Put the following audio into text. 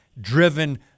driven